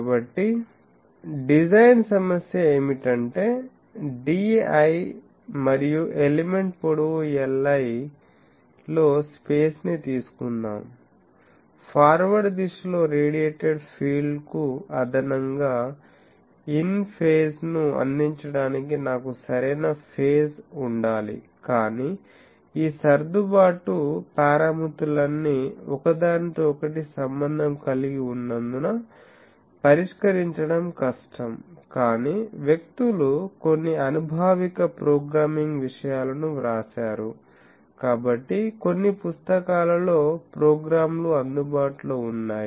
కాబట్టి డిజైన్ సమస్య ఏమిటంటే di మరియు ఎలిమెంట్ పొడవు li లో స్పేస్ ని తీసుకుందాం ఫార్వర్డ్ దిశలో రేడియేటెడ్ ఫీల్డ్ కు అదనంగా ఇన్ ఫేజ్ ను అందించడానికి నాకు సరైన ఫేజ్ ఉండాలి కానీ ఈ సర్దుబాటు పారామితులన్నీ ఒకదానితో ఒకటి సంబంధం కలిగి ఉన్నందున పరిష్కరించడం కష్టం కానీ వ్యక్తులు కొన్ని అనుభావిక ప్రోగ్రామింగ్ విషయాలను వ్రాశారు కాబట్టి కొన్ని పుస్తకాలలో ప్రోగ్రామ్ లు అందుబాటులో ఉన్నాయి